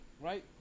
right